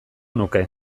nuke